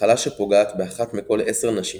המחלה שפוגעת באחת מכל עשר נשים